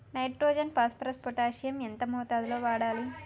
Nitrogen phosphorus potassium ఎంత మోతాదు లో వాడాలి?